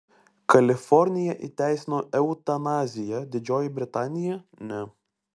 kalifornija įteisino eutanaziją didžioji britanija ne